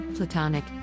Platonic